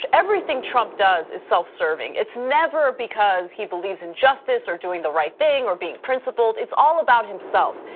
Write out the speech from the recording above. everything trump does is self serving. it's never because he believes in justice or doing the right thing or being principled, it's all about himself.